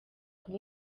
kuba